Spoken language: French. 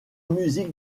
musique